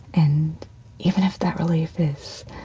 and even if that relief is